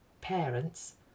parents